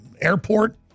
airport